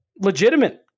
Legitimate